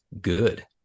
good